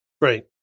Right